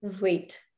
wait